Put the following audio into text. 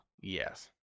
Yes